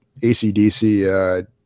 ACDC